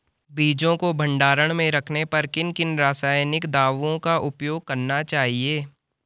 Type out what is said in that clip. बीजों को भंडारण में रखने पर किन किन रासायनिक दावों का उपयोग करना चाहिए?